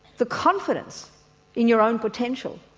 the confidence in your own potential,